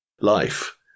life